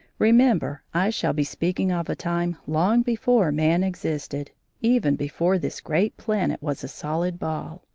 remember i shall be speaking of a time long before man existed even before this great planet was a solid ball.